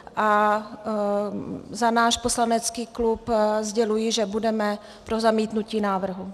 A za náš poslanecký klub sděluji, že budeme pro zamítnutí návrhu.